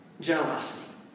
generosity